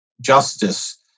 justice